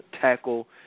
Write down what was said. tackle